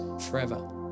forever